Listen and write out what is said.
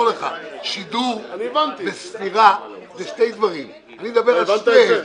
לך: שידור וספירה זה שני דברים; אני מדבר על שניהם.